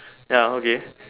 ya okay